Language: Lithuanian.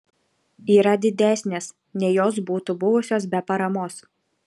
yra didesnės nei jos būtų buvusios be paramos